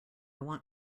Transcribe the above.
want